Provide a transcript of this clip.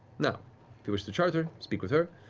now, if you wish to charter, speak with her.